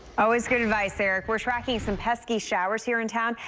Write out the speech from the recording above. always good advice, ah we're tracking so and pesky showers here in town.